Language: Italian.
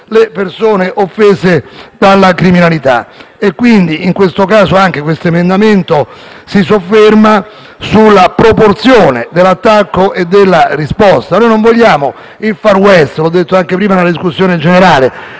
le persone offese dalla criminalità. In questo caso, quindi, anche questo emendamento si sofferma sulla proporzione dell'attacco e della risposta. Noi non vogliamo il *far west*, come ho detto anche prima in discussione generale.